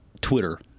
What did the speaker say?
Twitter